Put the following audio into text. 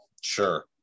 Sure